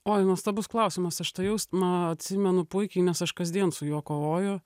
oi nuostabus klausimas aš tą jausmą atsimenu puikiai nes aš kasdien su juo kovoju